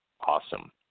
awesome